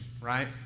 Right